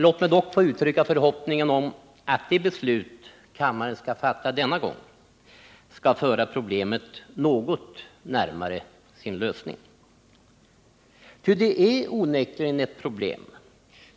Låt mig dock få uttrycka förhoppningen att det beslut kammaren skall fatta denna gång kommer att föra problemet något närmare sin lösning, ty det är onekligen ett problem